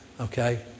okay